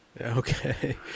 Okay